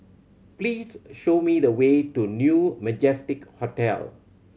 please show me the way to New Majestic Hotel